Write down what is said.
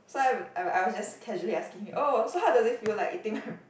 so I've I I was just casually asking him oh so how does it feel like eating my